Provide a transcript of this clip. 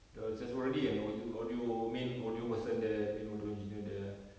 the~ there's already an audio audio main audio person there main audio engineer there